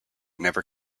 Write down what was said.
never